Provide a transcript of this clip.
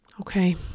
Okay